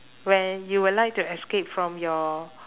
where you will like to escape from your